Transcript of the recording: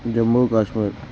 Jammu Kashmir